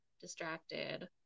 distracted